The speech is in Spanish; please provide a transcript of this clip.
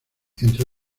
entre